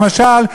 למשל,